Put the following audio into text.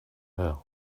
her